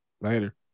Later